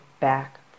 back